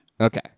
Okay